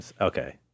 okay